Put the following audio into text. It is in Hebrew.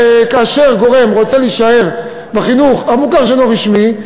כאשר גורם רוצה להישאר בחינוך המוכר שאינו רשמי,